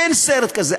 אין סרט כזה.